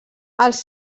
els